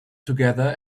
together